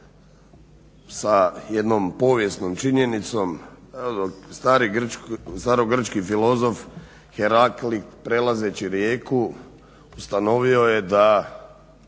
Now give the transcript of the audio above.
sa jednom povijesnom činjenicom. Starogrčki filozof Herakli prelazeći Rijeku ustanovio je da